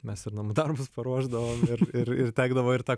mes ir namų darbus paruošdavom ir ir ir tekdavo ir tą